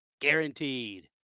guaranteed